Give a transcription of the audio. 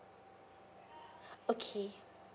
okay